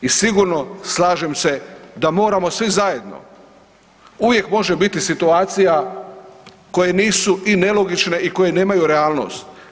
I sigurno slažem se da moramo svi zajedno, uvijek može biti situacija koje nisu i nelogične i koje nemaju realnost.